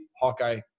Hawkeye